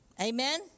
Amen